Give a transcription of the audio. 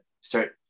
start